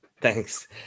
Thanks